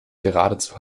geradezu